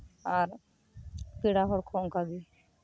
ᱟᱨ ᱯᱮᱲᱟ ᱦᱚᱲ ᱠᱚ ᱚᱱᱠᱟᱜᱮ